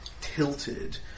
tilted